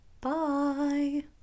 Bye